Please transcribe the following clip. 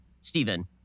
Stephen